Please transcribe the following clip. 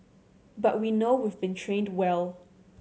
but we know we've been trained well